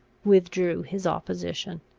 withdrew his opposition.